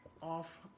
off